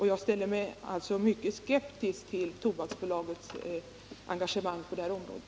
Jag ställer mig mycket skeptisk till Tobaksbolagets engagemang på området.